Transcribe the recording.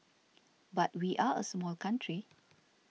but we are a small country